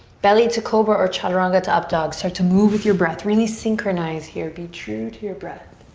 belly to cobra or chaturanga to up dog. so to move with your breath really synchronize here. be true to your breath.